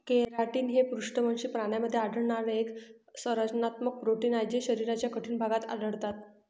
keratin हे पृष्ठवंशी प्राण्यांमध्ये आढळणारे एक संरचनात्मक प्रोटीन आहे जे शरीराच्या कठीण भागात आढळतात